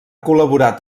col·laborat